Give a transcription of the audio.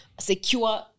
secure